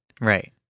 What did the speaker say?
right